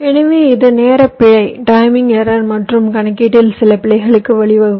எனவே இது நேர பிழை மற்றும் கணக்கீட்டில் சில பிழைகளுக்கு வழிவகுக்கும்